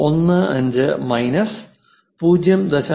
15 minus 0